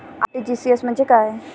RTGS म्हणजे काय?